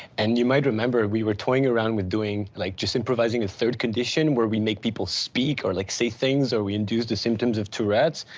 and you might remember we were toying around with doing like just improvising a third condition where we make people speak or like say things or we induce the symptoms of tourette's.